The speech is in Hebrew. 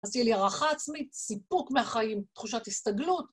אז תהיה לי ערכה עצמית, סיפוק מהחיים, תחושת הסתגלות.